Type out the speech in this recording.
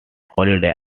holiday